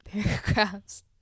paragraphs